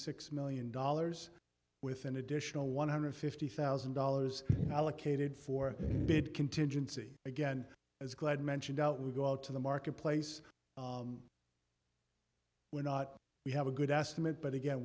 six million dollars with an additional one hundred fifty thousand dollars allocated for bid contingency again as glad mentioned out we go out to the marketplace where not we have a good estimate but again